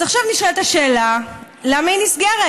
אז עכשיו נשאלת השאלה למה היא נסגרת.